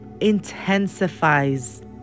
intensifies